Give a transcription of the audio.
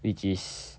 which is